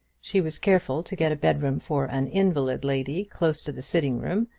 she was careful to get a bedroom for an invalid lady, close to the sitting-room,